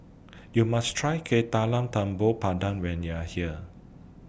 YOU must Try Kueh Talam Tepong Pandan when YOU Are here